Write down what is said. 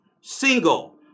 single